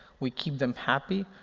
we keep them happy.